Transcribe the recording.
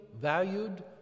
valued